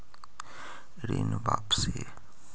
ऋण वापसी?